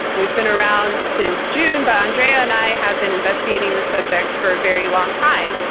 we've been around since june, but andrea and i have been investigating this subject for very long time.